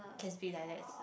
can speak dialects